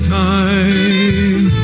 time